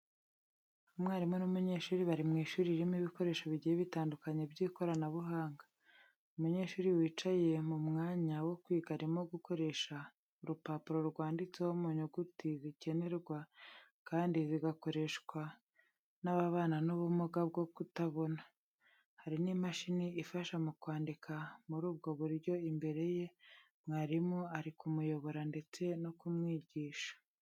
Umwarimu n’umunyeshuri bari mu ishuri ririmo ibikoresho bigiye bitandukanye by’ikoranabuhanga. Umunyeshuri wicaye mu mwanya wo kwiga arimo gukoresha urupapuro rwanditseho mu nyuguti zikenerwa kandi zigakoreshwa n’ababana n’ubumuga bwo kutabona. Hari n’imashini ifasha mu kwandika muri ubwo buryo imbere ye, mwarimu ari kumuyobora ndetse no kumwigisha.